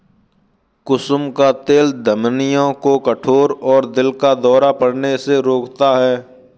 कुसुम का तेल धमनियों को कठोर और दिल का दौरा पड़ने से रोकता है